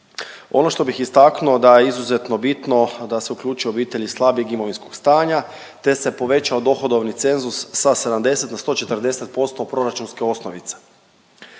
Ono što bih istaknuo da je izuzetno bitno da se uključe obitelji slabijeg imovinskog stanja, te se povećao dohodovni cenzus sa 70 na 140 posto proračunske osnovice.